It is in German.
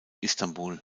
istanbul